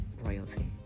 royalty